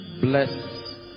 bless